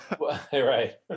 Right